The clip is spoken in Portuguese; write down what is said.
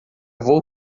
vou